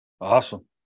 awesome